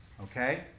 Okay